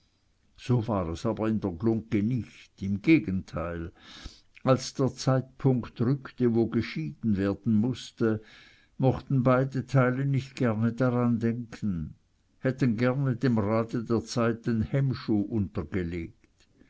so war es aber in der glungge nicht im gegenteil als der zeitpunkt rückte wo geschieden werden müßte mochten beide teile nicht gerne daran denken hätten gerne dem rade der zeit den hemmschuh untergelegt